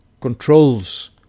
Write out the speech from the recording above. controls